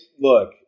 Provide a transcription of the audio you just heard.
look